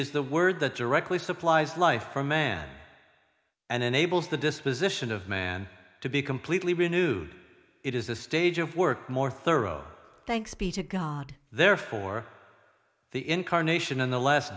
is the word that directly supplies life for man and enables the disposition of man to be completely renewed it is the stage of work more thorough thanks be to god therefore the incarnation in the last